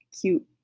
cute